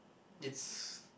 it's